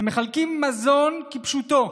הן מחלקות מזון כפשוטו.